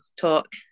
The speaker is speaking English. talk